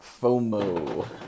FOMO